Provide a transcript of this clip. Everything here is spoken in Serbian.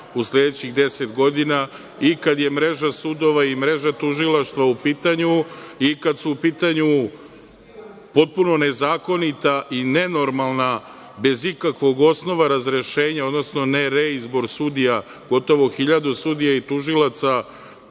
u sledećih 10 godina i kada je mreža sudova i mreža tužilaštva u pitanju i kada su u pitanju potpuno nezakonita i nenormalna, bez ikakvog osnova razrešenja, odnosno nereizbor sudija, gotovo hiljadu sudija i tužilaca,